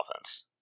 offense